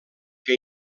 què